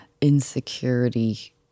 insecurity